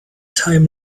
time